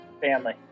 family